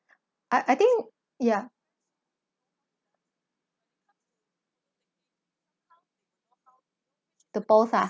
I I think yeah the both ah